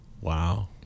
Wow